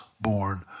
born